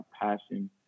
passion